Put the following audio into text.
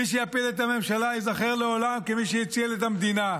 מי שיפיל את הממשלה ייזכר לעולם כמי שהציל את המדינה.